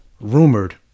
rumored